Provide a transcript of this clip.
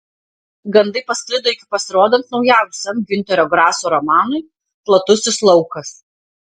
gandai pasklido iki pasirodant naujausiam giunterio graso romanui platusis laukas